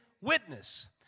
witness